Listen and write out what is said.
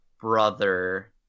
brother